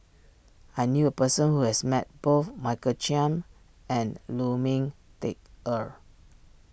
I knew a person who has met both Michael Chiang and Lu Ming Teh Earl